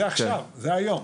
זה עכשיו, זה היום.